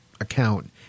account